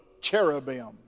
cherubim